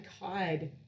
God